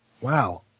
Wow